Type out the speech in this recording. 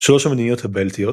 שלוש המדינות הבלטיות,